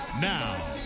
Now